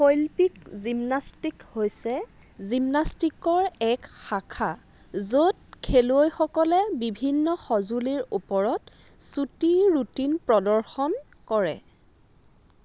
শৈল্পিক জিমনাষ্টিক হৈছে জিমনাষ্টিকৰ এক শাখা য'ত খেলুৱৈসকলে বিভিন্ন সঁজুলিৰ ওপৰত চুটি ৰুটিন প্ৰদৰ্শন কৰে